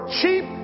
cheap